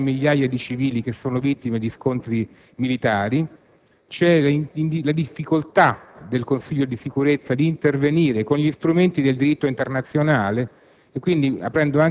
ci sono migliaia e migliaia di civili, vittime di scontri militari, e c'è la difficoltà del Consiglio di Sicurezza di intervenire con gli strumenti del diritto internazionale,